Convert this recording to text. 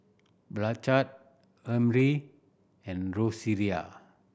Blanchard Emry and Rosaria